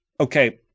okay